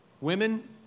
women